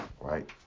right